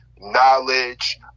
knowledge